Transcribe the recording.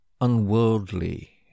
unworldly